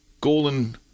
Golden